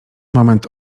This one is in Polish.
moment